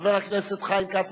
חבר הכנסת חיים כץ,